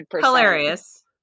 hilarious